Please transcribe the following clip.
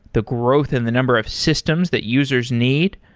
the growth in the number of systems that users need,